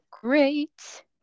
great